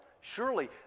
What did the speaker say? Surely